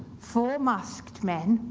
four masked men.